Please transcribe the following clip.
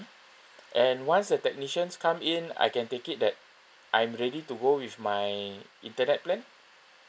and once the technicians come in I can take it that I'm ready to go with my internet plan